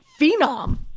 phenom